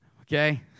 Okay